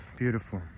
beautiful